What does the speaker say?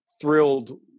thrilled